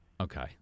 Okay